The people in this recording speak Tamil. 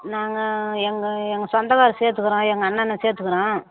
நாங்கள் எங்கள் எங்கள் சொந்தக்கார சேர்த்துக்கிறோம் எங்கள் அண்ணனை சேர்த்துக்கிறோம்